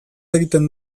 egiten